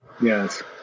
Yes